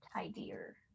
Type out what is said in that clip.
tidier